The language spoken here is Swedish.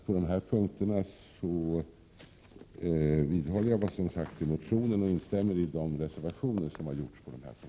På dessa punkter vidhåller jag vad som har framförts i motionen och instämmer i de reservationer som har avgetts på dessa punkter.